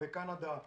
בקנדה,